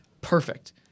Perfect